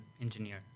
engineer